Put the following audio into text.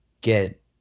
get